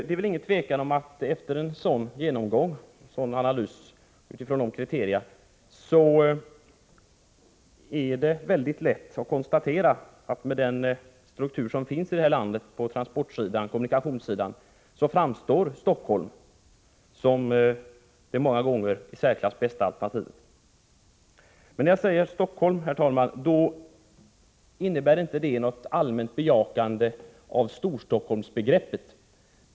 Det är väl ingen tvekan om att det efter en analys utifrån dessa kriterier är lätt att konstatera att med den struktur som finns här i landet på transportoch kommunikationssidan Stockholm många gånger framstår som det i särklass bästa alternativet. Men, herr talman, när jag säger Stockholm innebär inte det något allmänt bejakande av Storstockholmsbegreppet.